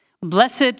Blessed